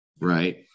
right